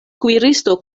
kuiristo